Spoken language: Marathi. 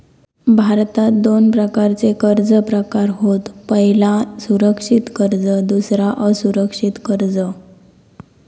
भारतात दोन प्रकारचे कर्ज प्रकार होत पह्यला सुरक्षित कर्ज दुसरा असुरक्षित कर्ज